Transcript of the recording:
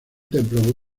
templo